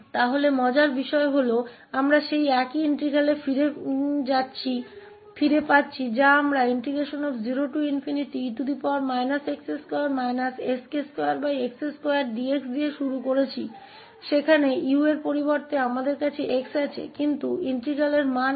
तो क्या दिलचस्प है कि हम उसी इंटीग्रल पर वापस आ रहे हैं जिसे हमने 0e x2 sk2x2dx से शुरू किया है वहां 𝑢 के बजाय हमारे पास x है लेकिन इंटीग्रल का मान समान है